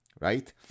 right